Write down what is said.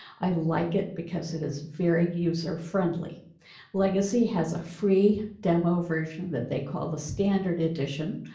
i like it because it is very user friendly legacy has a free demo version that they call the standard edition.